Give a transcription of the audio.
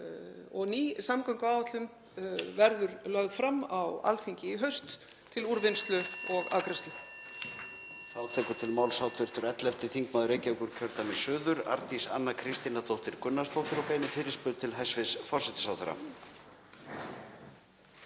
og ný samgönguáætlun verður lögð fram á Alþingi í haust til úrvinnslu og afgreiðslu.